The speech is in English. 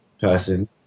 person